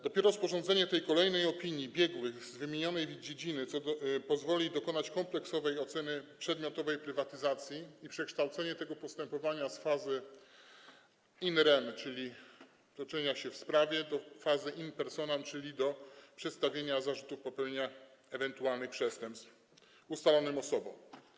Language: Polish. Dopiero sporządzenie kolejnej opinii biegłych z wymienionej dziedziny pozwoli dokonać kompleksowej oceny przedmiotowej prywatyzacji i przekształcenia tego postępowania z fazy in rem, toczenia się w sprawie, w fazę in personam, czyli przedstawienie zarzutu popełnienia ewentualnych przestępstw ustalonym osobom.